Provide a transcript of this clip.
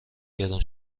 گرون